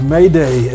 Mayday